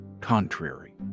contrary